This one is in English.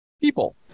people